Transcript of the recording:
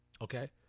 Okay